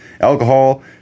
alcohol